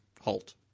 halt